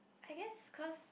I guess cause